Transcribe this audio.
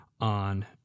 on